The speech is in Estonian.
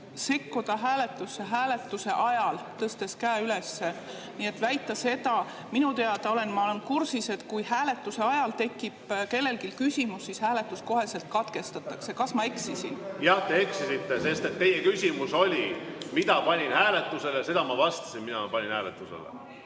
hääletuse ajal, tõstes käe üles. Minu teada, ma olen kursis, et kui hääletuse ajal tekib kellelgi küsimus, siis hääletus kohe katkestatakse. Kas ma eksisin? Jah, te eksisite. Teie küsimus oli, mille ma panin hääletusele. Seda ma vastasin, mille ma panin hääletusele.